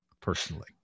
personally